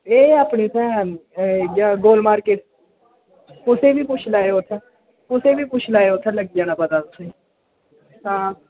एह् अपनी इत्थै इ'यै गोल मार्किट कुसै बी पुच्छी लैयो उत्थै कुसै बी पुच्छी लैयो उत्थै लग्गी जाना पता तुसेंगी हां